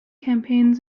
campaigns